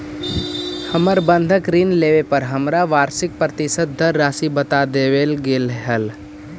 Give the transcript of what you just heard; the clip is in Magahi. हमर बंधक ऋण लेवे पर हमरा वार्षिक प्रतिशत दर राशी बता देवल गेल हल